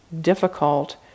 difficult